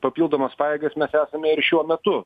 papildomas pajėgas mes esame ir šiuo metu